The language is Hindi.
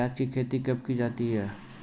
प्याज़ की खेती कब की जाती है?